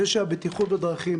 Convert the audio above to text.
הבטיחות בדרכים,